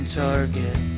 target